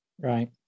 Right